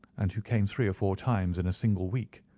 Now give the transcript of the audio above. and who came three or four times in a single week.